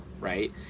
Right